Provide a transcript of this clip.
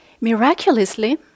Miraculously